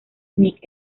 nick